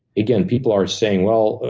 again, people are saying, well,